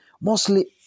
mostly